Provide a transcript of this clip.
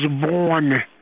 born